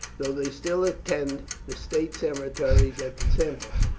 though they still attend the state ceremonies at the temples,